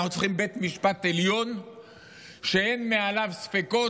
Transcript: אנחנו צריכים בית משפט עליון שאין מעליו ספקות,